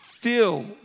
fill